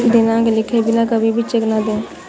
दिनांक लिखे बिना कभी भी चेक न दें